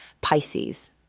Pisces